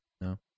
no